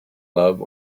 love